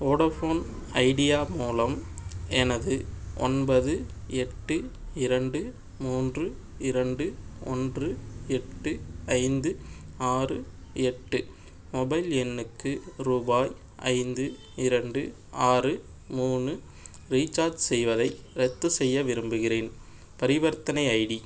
Vodafone Idea மூலம் எனது ஒன்பது எட்டு இரண்டு மூன்று இரண்டு ஒன்று எட்டு ஐந்து ஆறு எட்டு மொபைல் எண்ணுக்கு ரூபாய் ஐந்து இரண்டு ஆறு மூணு ரீசார்ஜ் செய்வதை ரத்து செய்ய விரும்புகிறேன் பரிவர்த்தனை ஐடி